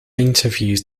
interviews